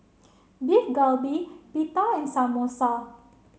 Beef Galbi Pita and Samosa